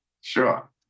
Sure